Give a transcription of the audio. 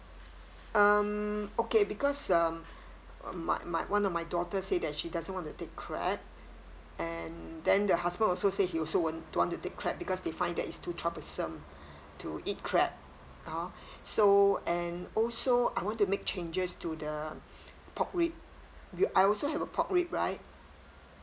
um okay because um uh my my one of my daughter said that she doesn't want to take crab and then the husband also said he also won't don't want to take crab because they find that it's too troublesome to eat crab hor so and also I want to make changes to the pork rib we I also have a pork rib right